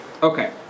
Okay